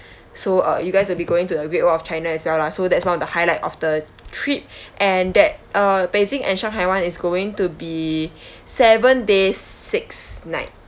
so uh you guys will be going to the great wall of china as well lah so that's one of the highlight of the trip and that uh beijing and shanghai [one] is going to be seven days six night